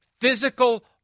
Physical